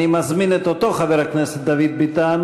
אני מזמין את אותו חבר הכנסת דוד ביטן